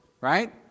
right